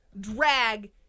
drag